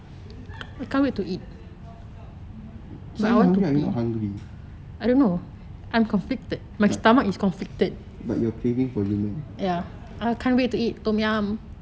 so you are hungry I'm not hungry but you are craving for